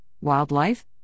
Wildlife